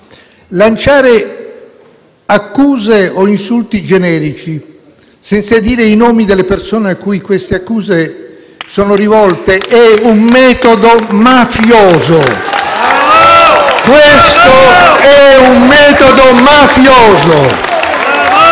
Lanciare accuse o insulti generici senza dire i nomi delle persone a cui queste accuse sono rivolte è un metodo mafioso. *(Applausi dai